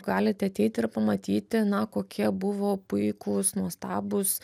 galite ateiti ir pamatyti na kokie buvo puikūs nuostabūs